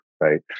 Right